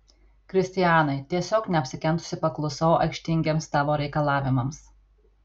kristianai tiesiog neapsikentusi paklusau aikštingiems tavo reikalavimams